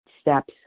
steps